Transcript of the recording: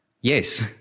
Yes